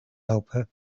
helper